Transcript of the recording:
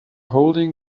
holding